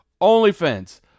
OnlyFans